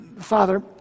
Father